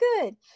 good